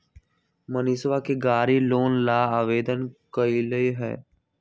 मनीषवा ने गाड़ी लोन ला आवेदन कई लय है